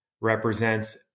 represents